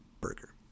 Burger